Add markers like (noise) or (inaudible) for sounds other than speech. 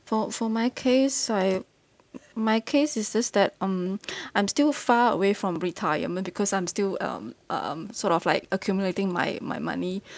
for for my case I uh my case is just that um (breath) I'm still far away from retirement because I'm still um uh um sort of like accumulating my my money (breath)